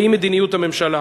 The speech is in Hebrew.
והיא מדיניות הממשלה.